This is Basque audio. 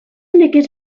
nekez